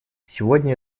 сегодня